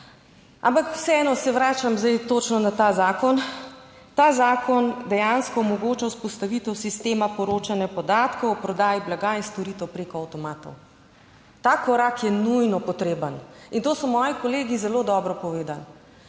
Ampak vseeno se vračam zdaj točno na ta zakon. Ta zakon dejansko omogoča vzpostavitev sistema poročanja podatkov o prodaji blaga in storitev preko avtomatov. Ta korak je nujno potreben in to so moji kolegi zelo dobro povedali.